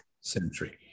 century